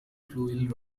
fuel